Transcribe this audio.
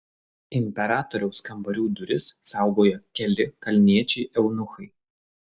imperatoriaus kambarių duris saugojo keli kalniečiai eunuchai